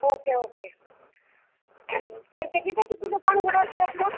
okay okay त्यांचे किती ते किती दुकान उघडे असतात मग